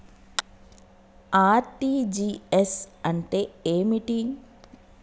RTGS అంటే ఏమిటి?